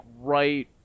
right